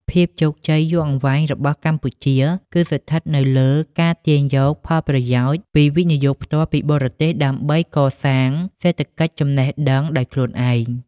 ភាពជោគជ័យយូរអង្វែងរបស់កម្ពុជា គឺស្ថិតនៅលើការទាញយកផលប្រយោជន៍ពី វិនិយោគផ្ទាល់ពីបរទេស ដើម្បីកសាង "សេដ្ឋកិច្ចចំណេះដឹង" ដោយខ្លួនឯង។